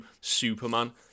Superman